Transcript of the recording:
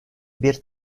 bir